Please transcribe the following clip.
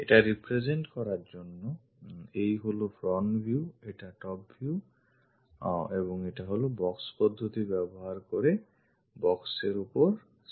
এটা represent করার জন্য এই হলো front view এটা হলো top view এবং এটা হলো box পদ্ধতি ব্যবহার করে box এর ওপর side view